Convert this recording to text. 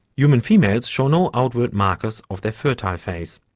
human females show no outward markers of their fertile phase,